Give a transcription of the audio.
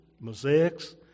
mosaics